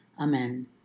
Amen